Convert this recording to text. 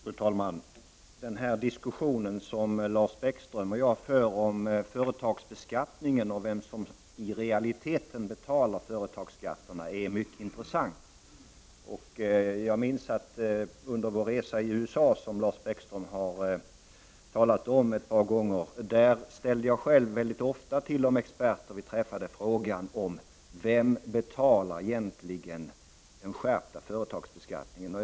Fru talman! Den diskussion som Lars Bäckström och jag för om företagsbeskattningen och vem som i realiteten betalar företagsskatterna är mycket intressant. Under vår resa i USA, som Lars Bäckström har talat om, ställde jag själv ofta till de experter som vi träffade frågan vem som egentligen betalar den skärpta företagsbeskattningen.